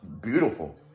Beautiful